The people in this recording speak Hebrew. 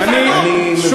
אני מבין שזה מפריע.